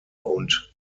und